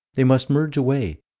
they must merge away,